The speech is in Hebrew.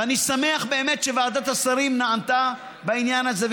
ואני שמח באמת שוועדת השרים נענתה בעניין הזה,